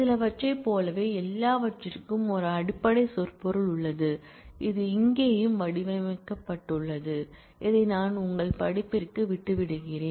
சிலவற்றைப் போலவே எல்லாவற்றிற்கும் ஒரு அடிப்படை சொற்பொருள் உள்ளது இது இங்கேயும் வடிவமைக்கப்பட்டுள்ளது அதை நான் உங்கள் படிப்பிற்கு விட்டுவிடுகிறேன்